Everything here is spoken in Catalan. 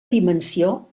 dimensió